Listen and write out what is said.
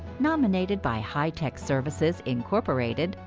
nominated by heitech services, incorporated,